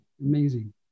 amazing